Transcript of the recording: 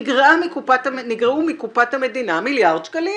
נגרעו מקופת המדינה מיליארד שקלים.